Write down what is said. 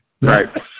Right